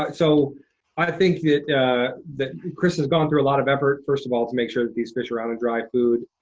so i think that that kris has gone through a lot of effort, first of all, to make sure that these fish are on to dry food.